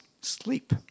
sleep